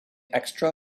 extra